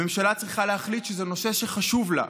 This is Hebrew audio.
הממשלה צריכה להחליט שזה נושא שחשוב לה,